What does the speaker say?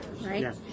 right